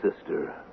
sister